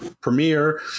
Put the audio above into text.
premiere